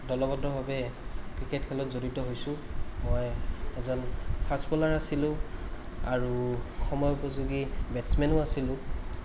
দলবদ্ধভাৱে cricket খেলত জড়িত হৈছোঁ মই এজন ফাষ্ট বলাৰ আছিলোঁ আৰু সময় উপযোগী বেটছমেনো আছিলোঁ